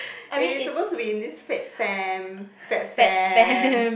eh you supposed to be in this fit fam fat fam